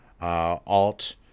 alt